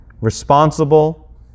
responsible